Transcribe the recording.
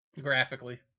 graphically